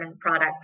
products